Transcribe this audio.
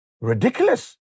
ridiculous